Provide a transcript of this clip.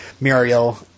Muriel